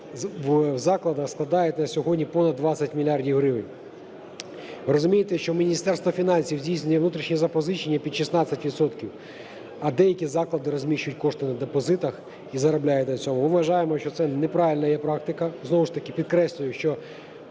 Розумієте, що у Міністерства фінансів здійснення внутрішніх запозичень під 16 відсотків, а деякі заклади розміщують кошти на депозитах і заробляють на цьому. Ми вважаємо, що це неправильна є практика. Знову ж таки підкреслюю, що